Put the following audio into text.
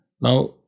now